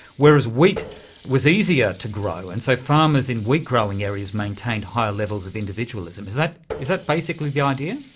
whereas wheat was easier to grow and so farmers in wheat growing areas maintained higher levels of individualism. is that is that basically the idea?